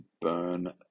burn